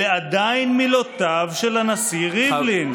אלה עדיין מילותיו של הנשיא ריבלין.